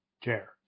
chair